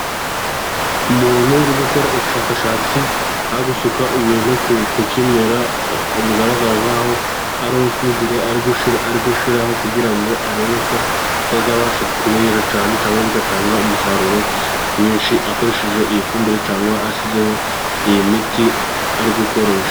Umuntu uri gukora ubushakashatsi, ari gusuka ibintu ku kimera bigaragara nk'aho ari nk'ifumbire ari gushyiraho, kugira ngo arebe ko byazabasha kwera cyane, cyangwa bigatanga umusaruro mwinshi akoresheje iyi ifumbire, cyangwa ashyizeho iyi miti ari gukoresha.